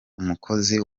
umukozi